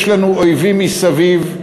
יש לנו אויבים מסביב,